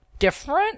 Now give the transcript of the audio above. different